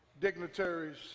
dignitaries